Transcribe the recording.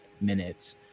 minutes